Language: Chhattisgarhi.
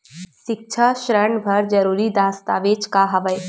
सिक्छा ऋण बर जरूरी दस्तावेज का हवय?